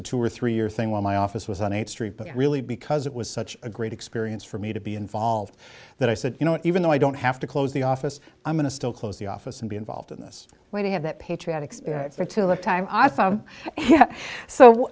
a two or three year thing while my office was on eighth street but really because it was such a great experience for me to be involved that i said you know even though i don't have to close the office i'm going to still close the office and be involved in this way to have that patriotic fertility time i